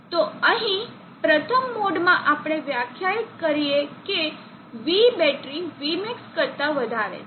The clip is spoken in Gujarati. તો અહીં પ્રથમ મોડમાં આપણે વ્યાખ્યાયિત કરીએ કે V બેટરી Vmax કરતા વધારે છે